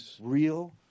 real